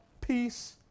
peace